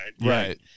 right